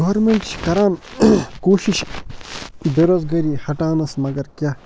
government چھِ کَران کوٗشِش بے روزگٲری ہَٹاونَس مگر کیٛاہ